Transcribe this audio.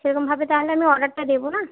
সেরকমভাবে তাহলে আমি অর্ডারটা দেবো না